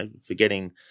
Forgetting